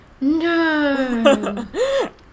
No